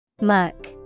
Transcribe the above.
Muck